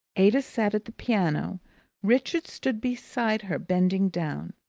ada sat at the piano richard stood beside her, bending down.